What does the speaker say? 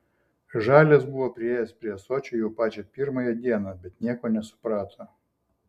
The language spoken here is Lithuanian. žalias buvo priėjęs prie ąsočio jau pačią pirmąją dieną bet nieko nesuprato